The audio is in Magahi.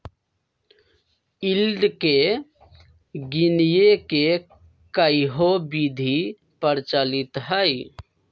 यील्ड के गीनेए के कयहो विधि प्रचलित हइ